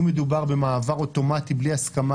אם מדובר במעבר אוטומטי בלי הסכמה,